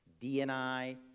DNI